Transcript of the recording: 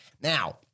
Now